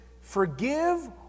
forgive